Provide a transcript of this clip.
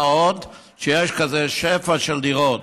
מה עוד שיש כזה שפע של דירות.